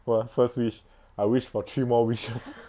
!wah! first wish I wish for three more wishes